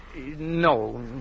No